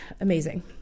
amazing